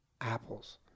Apples